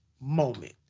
moment